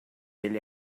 ele